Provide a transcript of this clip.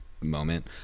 moment